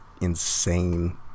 insane